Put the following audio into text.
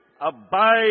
abide